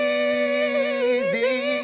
easy